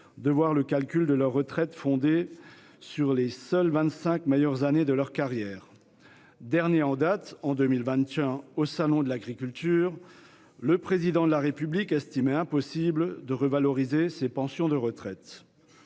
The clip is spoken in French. de voir le calcul de leur retraite fondé sur les seules vingt-cinq meilleures années de leur carrière. En 2021, au salon de l'agriculture, le Président de la République estimait impossible de revaloriser ces pensions de retraite.